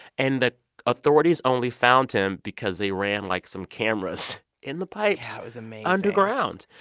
and the authorities only found him because they ran, like, some cameras in the pipes. that was amazing. underground.